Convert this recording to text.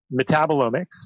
metabolomics